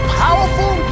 powerful